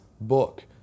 book